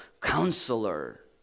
Counselor